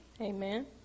Amen